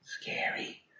Scary